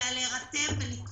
אלא יש צורך להירתם ולקרוא